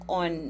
on